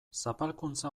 zapalkuntza